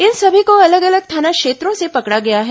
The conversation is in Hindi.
इन सभी को अलग अलग थाना क्षेत्रों से पकड़ा गया है